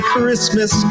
Christmas